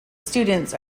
students